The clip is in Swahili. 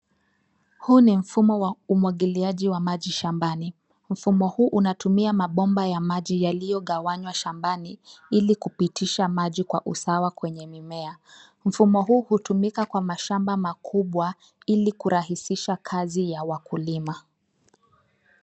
Huu ni mfumo wa umwagiliaji wa maji shambani. Mfumo huu unatumia mabomba ya maji yaliyogawanywa shambani ili kupitisha maji kwa usawa kwenye mimea. Mfumo huu hutumika kwa mashamba makubwa ili kurahisisha kazi ya wakulima.